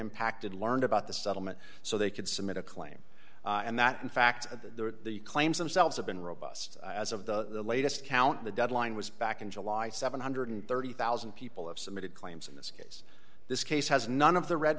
impacted learned about the settlement so they could submit a claim and that in fact of the claims themselves have been robust as of the latest count the deadline was back in july seven hundred and thirty thousand people have submitted claims in this case this case has none of the red